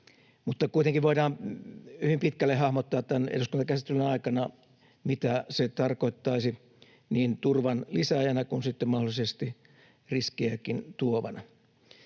Kuitenkin voidaan hyvin pitkälle hahmottaa tämän eduskuntakäsittelyn aikana, mitä se tarkoittaisi niin turvan lisääjänä kuin sitten mahdollisesti riskiäkin tuovana.